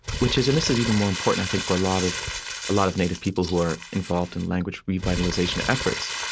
which is and this is even more important, i think, for a lot of lot of native people who are involved in language revitalization efforts,